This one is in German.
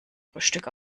frühstück